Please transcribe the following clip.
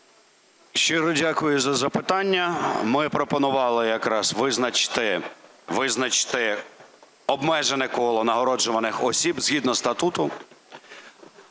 Щиро дякую за запитання. Ми пропонували якраз визначити обмежене коло нагороджуваних осіб згідно статуту.